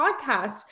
podcast